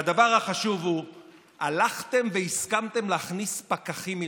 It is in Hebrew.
והדבר החשוב הוא שהלכתם והסכמתם להכניס פקחים עירוניים.